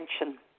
attention